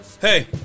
Hey